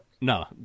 No